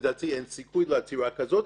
לדעתי אין סיכוי לעתירה כזאת,